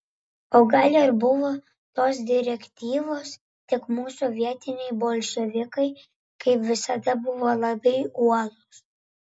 o gal ir buvo tos direktyvos tik mūsų vietiniai bolševikai kaip visada buvo labai uolūs